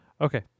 Okay